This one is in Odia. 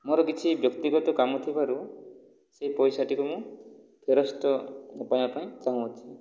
ମୋର କିଛି ବ୍ୟକ୍ତିଗତ କାମ ଥିବାରୁ ସେହି ପଇସାଟିକୁ ମୁଁ ଫେରସ୍ତ ପାଇବା ପାଇଁ ଚାହୁଁଅଛି